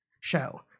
show